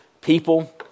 people